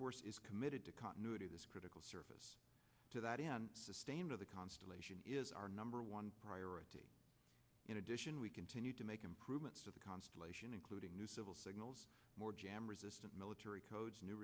force is committed to continuity this critical service to that in sustained of the constellation is our number one priority in addition we continue to make improvements to the constellation including new civil signals more jam resistant military codes new